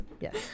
yes